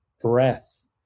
breath